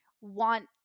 want